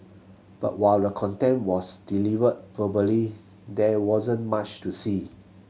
but while the content was delivered verbally there wasn't much to see